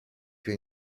più